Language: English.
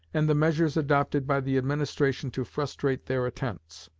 and the measures adopted by the administration to frustrate their attempts.